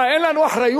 מה, אין לנו אחריות?